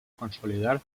consolidar